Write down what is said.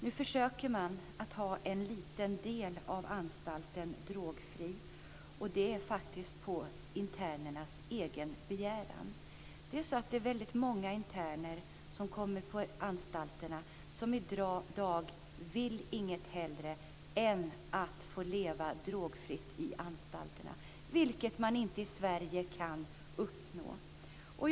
Nu försöker man att ha en liten del av anstalten drogfri, och det är faktiskt på internernas egen begäran. Det är väldigt många interner i dag som inget hellre vill än att få leva drogfritt i anstalterna, vilket man inte kan uppnå i Sverige i dag.